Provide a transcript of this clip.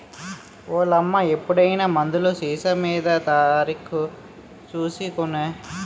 ఓలమ్మా ఎప్పుడైనా మందులు సీసామీద తారీకు సూసి కొనే